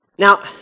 Now